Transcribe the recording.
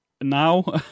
now